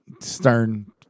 Stern